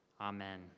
Amen